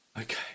Okay